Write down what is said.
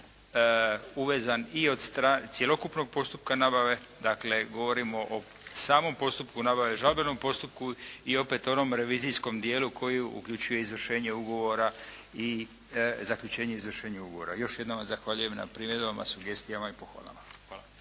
uvezan i od cjelokupnog postupka nabave dakle govorim o samom postupku nabave, žalbenom postupku i opet onom revizijskom dijelu koji uključuje izvršenje ugovora i zaključenje i izvršenje ugovora. Još jednom vam zahvaljujem na primjedbama, sugestijama i pohvalama.